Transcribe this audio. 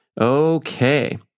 Okay